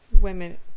women